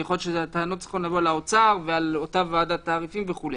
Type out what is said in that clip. יכול להיות שהטענות צריכות לבוא לאוצר ולאותה ועדת תעריפים וכו',